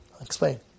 explain